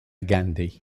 gandhi